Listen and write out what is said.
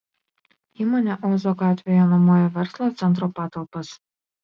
įmonė ozo gatvėje nuomoja verslo centro patalpas